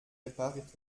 repariert